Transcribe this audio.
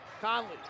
Conley